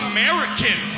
American